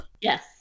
Yes